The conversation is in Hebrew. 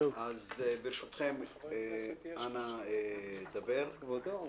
אז ברשותכם, אנא דבר כבודו.